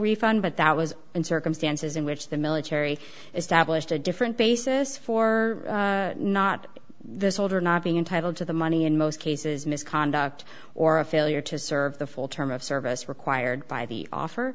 refund but that was in circumstances in which the military established a different basis for not the soldier not being entitled to the money in most cases misconduct or a failure to serve the full term of service required by the